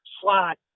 slot